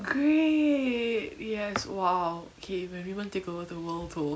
great yes !wow! K if everyone take over the world to